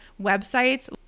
websites